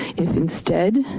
if instead,